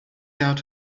out